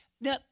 Now